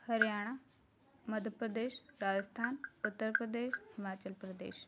Haryana Madhya Pradesh Rajasthan Uttar Pradesh Himachal Pradesh